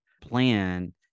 plan